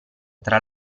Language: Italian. tra